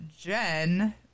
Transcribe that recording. Jen